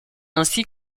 ainsi